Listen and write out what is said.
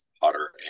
Potter